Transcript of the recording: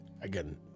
again